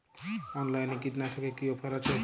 অনলাইনে কীটনাশকে কি অফার আছে?